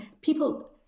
people